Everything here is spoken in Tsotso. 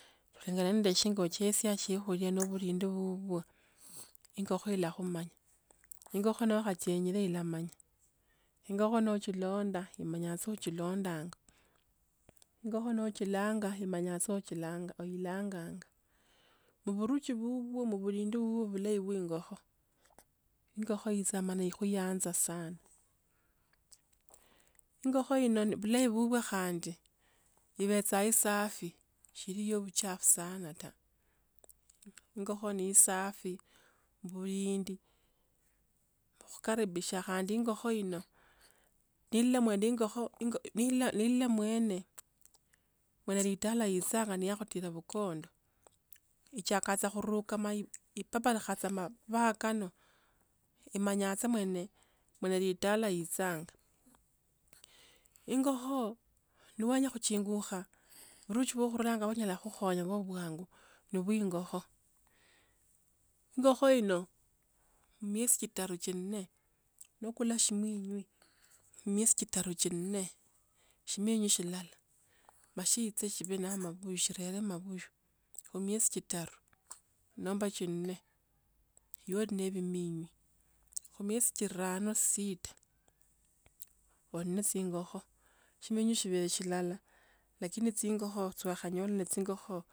Kulingana na nda chingo uchiesa siokhulia no polindo pupwa, ingokho ila khumanya. Ingokho no khachienyele ilamanya. Ingokho no ochilonda ilamanya ochilondanga, ingokho no ochilanga imanya tso chilanga oilanganga. Muburuchi bubwe mubulindi bubwe bwa ing'okho. Ing'okho ichaa ne ikuyaanza sana. Ing'okho ino n bulayi bubwe khandi, ibecha isafi, chilio buchafu sana ta. Ing'okho ne isafi, mbulindi, ikhukaribishia khandi ingokho ino, ndile mwendi ing'okho ingo nile nile mweene, mwenye litala yecha ichakha neakhotire phukond, ichakha saa kuruka maip ipapare khatsama mapaa kano. Imanya saa mwene, mwene litala yechanga. Ing'okho no wenya khuchinjukha, buruchi ba khuranga bunyala kikhonya ko bwanghu, ni bwI ing'okho. Ing'okho ino, khu miesi chitaru chinne, no okula shiminywi, khu miesi chitaru chinne, shiminywi shilala, ma siitche sibe na mabuyu shirere mabuyu, khumiesi chitaru, nomba chinne, ibe uli nende biminywi, khumiesi chirano sita, une ching'okho. Chiminyi chiphe chilala, lakini chig'onkho twakhanyole ching'okho.